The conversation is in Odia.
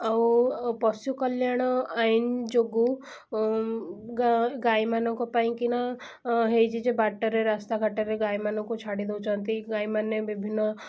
ଆଉ ପଶୁ କଲ୍ୟାଣ ଆଇନ୍ ଯୋଗୁଁ ଗାଈମାନଙ୍କ ପାଇଁକିନା ହେଇଛି ଯେ ବାଟରେ ରାସ୍ତା ଘାଟରେ ଗାଈମାନଙ୍କୁ ଛାଡ଼ି ଦେଉଛନ୍ତି ଗାଈମାନେ ବିଭିନ୍ନ